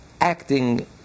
acting